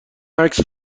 عکس